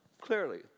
clearly